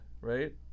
right